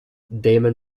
damon